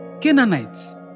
Canaanites